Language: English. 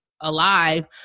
alive